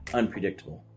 unpredictable